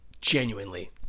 Genuinely